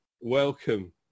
Welcome